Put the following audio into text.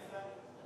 ניסן?